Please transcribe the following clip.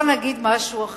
שלא נגיד משהו אחר,